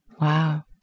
Wow